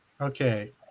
okay